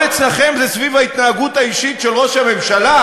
הכול אצלכם זה סביב ההתנהגות האישית של ראש הממשלה?